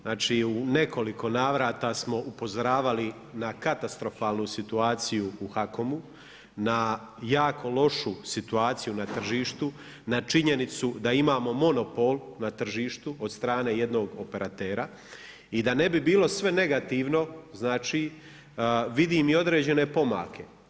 Znači, u nekoliko navrata smo upozoravali na katastrofalnu situaciju u HAKOM-u, na jako lošu situaciju na tržištu, na činjenicu da imamo monopol na tržištu od strane jednog operatera i da ne bi bilo sve negativno, znači vidim i određene pomake.